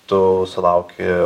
tu sulauki